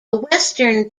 western